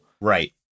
Right